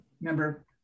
Remember